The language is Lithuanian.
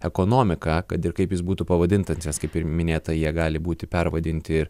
ekonomika kad ir kaip jis būtų pavadintas nes kaip ir minėta jie gali būti pervadinti